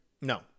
No